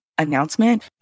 announcement